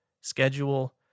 schedule